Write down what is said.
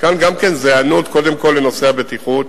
זו היענות קודם כול לנושא הבטיחות,